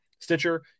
Stitcher